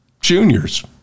juniors